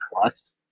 plus